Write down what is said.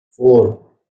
four